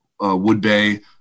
Woodbay